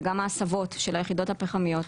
וגם ההסבות של היחידות הפחמיות,